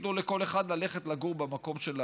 ייתנו לכל אחד ללכת לגור במקום של השני.